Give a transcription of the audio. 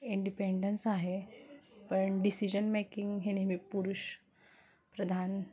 independence आहे पण decision making हे नेहमी पुरुष प्रधान